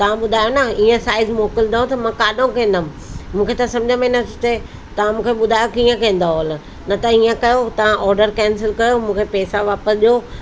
तव्हां ॿुधायो न ईअं साईज़ मोकिलींदव त मां किथां कंदमि मूंखे त समुझ में नथो अचे तव्हां मूंखे ॿुधायो कीअं कंदव ओलन न त ईअं कयो तव्हां ऑडर केंसिल कयो मूंखे पेसा वापसि ॾियो